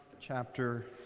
chapter